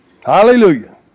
Hallelujah